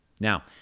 Now